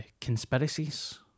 conspiracies